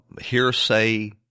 hearsay